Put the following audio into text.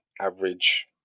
average